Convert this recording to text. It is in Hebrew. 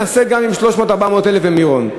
נעשה גם עם 400,000-300,000 במירון.